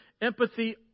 empathy